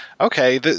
okay